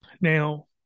Now